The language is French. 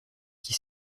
qui